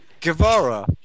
Guevara